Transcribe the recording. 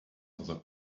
other